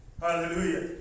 Hallelujah